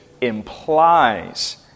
implies